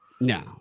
no